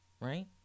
right